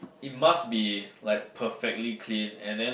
it must be like perfectly clean and then